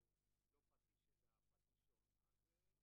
הקצבה לא תישלל והיא תשולם לו כשהוא יגיע לגיל פרישה,